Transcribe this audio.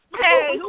Hey